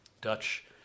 Dutch